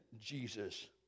Jesus